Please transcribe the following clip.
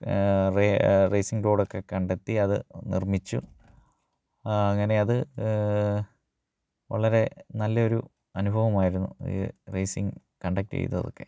racing റോഡൊക്കെ കണ്ടെത്തി അത് നിര്മ്മിച്ചു അങ്ങനെ അത് വളരെ നല്ല ഒരു അനുഭവമായിരുന്നു ഈ റേസിംഗ് കണ്ടക്റ്റ് ചെയ്തതൊക്കെ